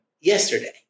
yesterday